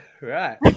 Right